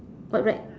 what rack